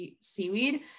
seaweed